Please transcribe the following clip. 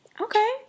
Okay